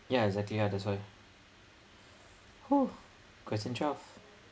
yeah exactly yeah that's why hoo question twelve